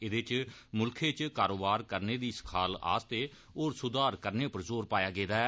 एदे च म्ल्खै च कारोबार करने दी सखाल आस्तै होर स्धार करने पर जोर पाया गेदा ऐ